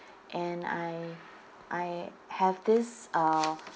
and I I have this uh